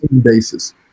basis